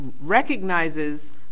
recognizes